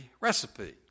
recipe